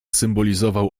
symbolizował